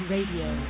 Radio